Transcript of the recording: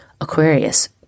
Aquarius